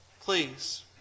Please